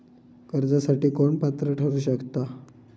कर्जासाठी कोण पात्र ठरु शकता?